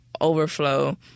overflow